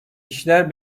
işler